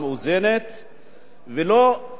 ולא לנקוט צעד כלשהו.